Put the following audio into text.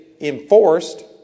enforced